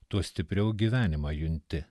tuo stipriau gyvenimą junti